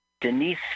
Denise